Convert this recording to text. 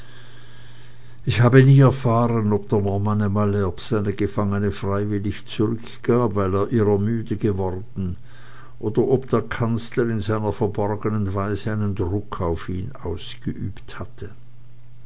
ich habe nie erfahren ob der normanne malherbe seine gefangene freiwillig zurückgab weil er ihrer müde geworden oder ob der kanzler in seiner verborgenen weise einen druck auf ihn ausgeübt hatte